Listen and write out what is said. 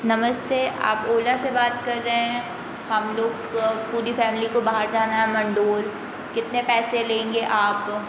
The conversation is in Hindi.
नमस्ते आप ओला से बात कर रहे हैं हम लोग पूरी फैमिली को बाहर जाना है मंडोल कितने पैसे लेंगे आप